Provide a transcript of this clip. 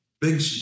big